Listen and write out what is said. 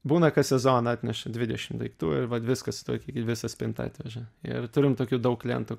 būna kas sezoną atneša dvidešim daiktų ir vat viskas sutvarkykit visą spintą atveža ir turim tokių daug klientų